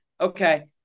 okay